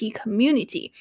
community